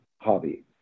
hobby